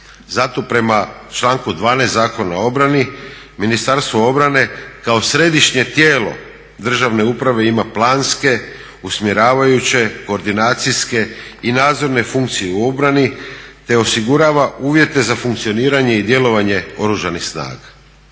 Zato prema članku 12. Zakona o obrani Ministarstvo obrane kao središnje tijelo državne uprave ima planske, usmjeravajuće, koordinacijske i nadzorne funkcije u obrani, te osigurava uvjeta za funkcioniranje i djelovanje Oružanih snaga.